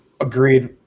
agreed